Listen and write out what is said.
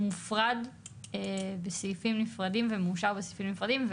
מופרד בסעיפים נפרדים, ומאושר בסעיפים נפרדים.